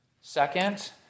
Second